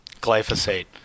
glyphosate